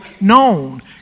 known